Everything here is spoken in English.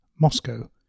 Moscow